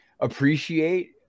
appreciate